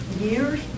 years